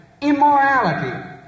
Immorality